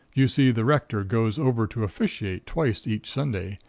you see, the rector goes over to officiate twice each sunday,